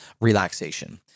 relaxation